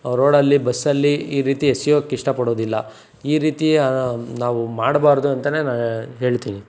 ರೋಡಲ್ಲಿ ಬಸ್ಸಲ್ಲಿ ಈ ರೀತಿ ಎಸಿಯೋಕ್ಕೆ ಇಷ್ಟಪಡೋದಿಲ್ಲಈ ರೀತಿ ನಾವು ಮಾಡಬಾರ್ದು ಅಂತಲೇ ನಾನು ಹೇಳ್ತೀನಿ